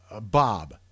Bob